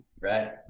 Right